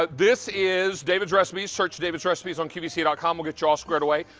ah this is david's recipe, search david's recipes on qvc dot com we'll get you all squared away.